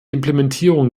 implementierung